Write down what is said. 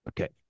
Okay